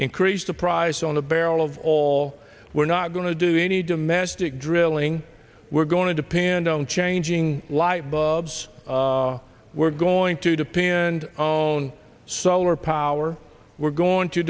increase the price on a barrel of all we're not going to do any domestic drilling we're going to depend on changing light bulbs we're going to dip in and own solar power we're going to